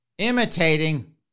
imitating